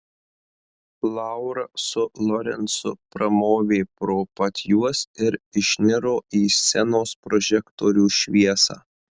laura su lorencu pramovė pro pat juos ir išniro į scenos prožektorių šviesą